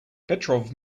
petrov